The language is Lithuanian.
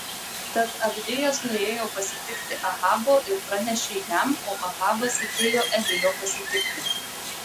tad abdijas nuėjo pasitikti ahabo ir pranešė jam o ahabas atėjo elijo pasitikti